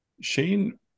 Shane